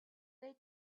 they